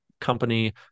company